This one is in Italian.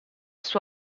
suo